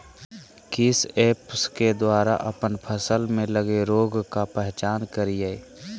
किस ऐप्स के द्वारा अप्पन फसल में लगे रोग का पहचान करिय?